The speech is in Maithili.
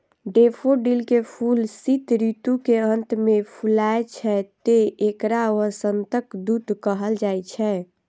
डेफोडिल के फूल शीत ऋतु के अंत मे फुलाय छै, तें एकरा वसंतक दूत कहल जाइ छै